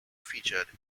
featured